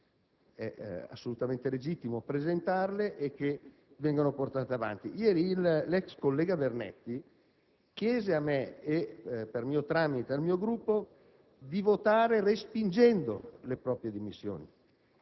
È legittimo che vengano presentate e portate avanti. Ieri l'ex collega Vernetti chiese a me e, per mio tramite, al mio Gruppo di votare respingendo le proprie dimissioni.